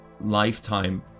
lifetime